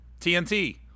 TNT